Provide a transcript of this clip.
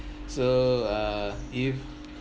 so uh if